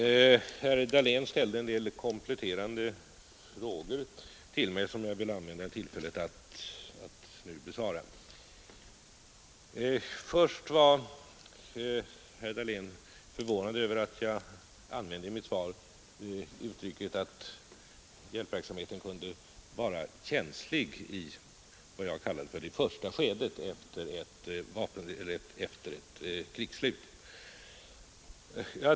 Herr talman! Herr Dahlén ställde en del kompletterande frågor till mig, som jag vill begagna tillfället att nu besvara. Först var herr Dahlén förvånad över att jag i mitt svar använde uttrycket att hjälpverksamheten kunde vara känslig i vad jag kallade för det första skedet efter ett krigsslut.